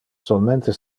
solmente